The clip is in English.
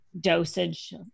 dosage